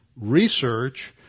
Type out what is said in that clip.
research